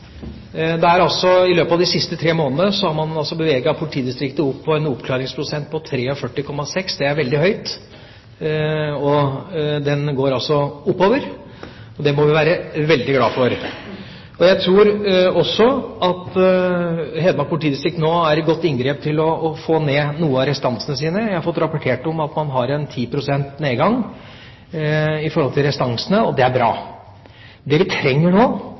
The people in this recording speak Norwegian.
I løpet av de siste tre månedene har man altså beveget politidistriktet opp på en oppklaringsprosent på 43,6 – det er veldig høyt – og den går altså oppover. Det må vi være veldig glad for. Jeg tror også at Hedmark politidistrikt nå er i godt inngrep med å få ned restansene sine. Jeg har fått rapportert om at man har ca. 10 pst. nedgang i restansene, og det er bra. Det vi trenger nå,